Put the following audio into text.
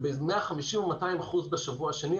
וב-150% או 200% בשבוע השני.